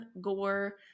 gore